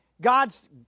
God's